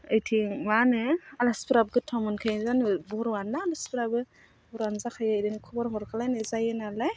ओइथिं मा होनो आलासिफ्राबो गोथाव मोनखायो जानो बर'वानो ना आलासिफ्राबो बर'वानो जाखायो बिदिनो खबर हरखालायनाय जायो नालाय